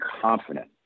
confident